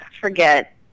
forget